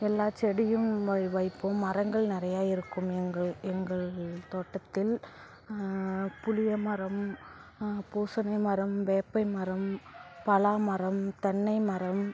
எல்லா செடியும் வ வைப்போம் மரங்கள் நிறையா இருக்கும் எங்கள் எங்கள் தோட்டத்தில் புளியமரம் பூசனை மரம் வேப்பை மரம் பலா மரம் தென்னை மரம்